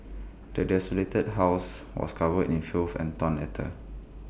the desolated house was covered in filth and torn letters